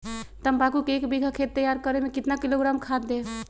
तम्बाकू के एक बीघा खेत तैयार करें मे कितना किलोग्राम खाद दे?